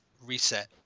reset